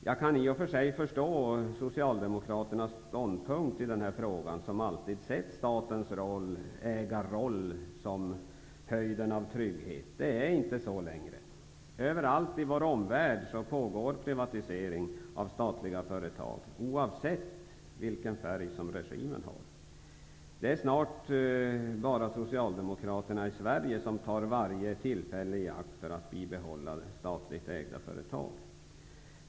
Jag kan i och för sig förstå Socialdemokraternas ståndpunkt i den här frågan, eftersom Socialdemokraterna alltid sett statligt ägande som höjden av trygghet. Det är inte så längre. Överallt i vår omvärld pågår privatisering av statliga företag, oavsett vilken färg regimen har. Det är snart bara Socialdemokraterna i Sverige som tar varje tillfälle i akt till att bibehålla statligt ägda företag.